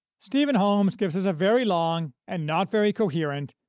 stephen holmes gives us a very long, and not very coherent,